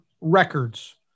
records